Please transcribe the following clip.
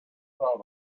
proud